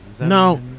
No